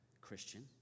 Christian